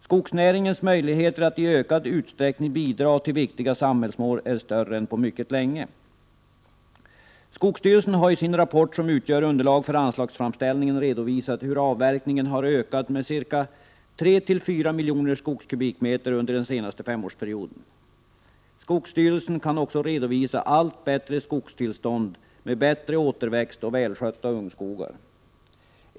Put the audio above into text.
Skogsnäringens möjligheter att i ökad utsträckning bidra till viktiga samhällsmål är större än på mycket länge. Skogsstyrelsen har i sin rapport, som utgör underlag för anslagsframställningen, redovisat hur avverkningen har ökat med 34 miljoner skogskubikmeter under den senaste femårsperioden. Skogsstyrelsen kan också redovisa allt bättre skogstillstånd med bättre återväxt och välskötta ungskogar.